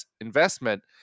investment